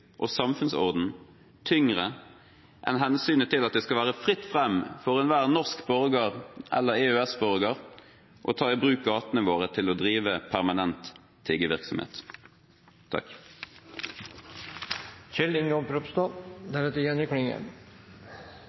og samfunnsorden veid tyngre enn hensynet til at det skal være fritt fram for enhver norsk borger eller EØS-borger å ta i bruk gatene våre til å drive med permanent